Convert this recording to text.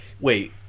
Wait